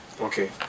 okay